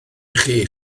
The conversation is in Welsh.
chi